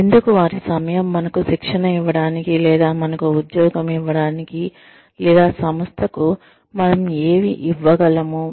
ఎందుకు వారి సమయం మనకు శిక్షణ ఇవ్వడానికి లేదా మనకు ఉద్యోగం ఇవ్వడానికి లేదా సంస్థకు మనం ఏమి ఇవ్వగలము